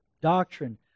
doctrine